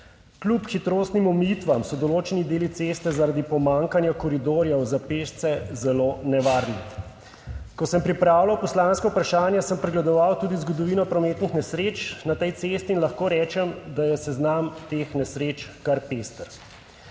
Kljub hitrostnim omejitvam so določeni deli ceste zaradi pomanjkanja koridorjev za pešce zelo nevarni. Ko sem pripravljal poslanska vprašanja, sem pregledoval tudi zgodovino prometnih nesreč na tej cesti in lahko rečem, da je seznam teh nesreč kar pester.